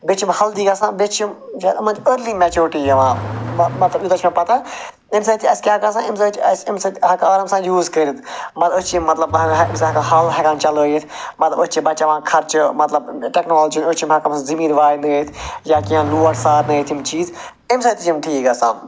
بیٚیہِ چھِ یِم ہٮ۪لدی گَژھان بیٚیہِ چھِ یِم یِمَن چھِ أرلی مٮ۪چورٹی یِوان مَطلَب یوٗتاہ چھِ مےٚ پَتَہ اَمہِ سۭتۍ چھِ اَسہِ کیٛاہ گَژھان اَمہِ سۭتۍ چھِ اَسہِ اَمہِ سۭتۍ ہٮ۪کہِ آرام سان یوٗز کٔرِتھ أسۍ چھِ یہِ مَطلَب اِنسان ہٮ۪کان ہل ہٮ۪کان چَلٲیِتھ مَطلَب أسۍ چھِ بَچاوان خَرچہٕ مَطلَب ٹٮ۪کنالجی أسۍ چھِ یِم ہٮ۪کان زمیٖن واینٲیِتھ یا کیٚنٛہہ لوڈ سارنٲیِتھ یم چیٖز اَمہِ سۭتۍ تہِ چھِ یِم ٹھیٖک گَژھان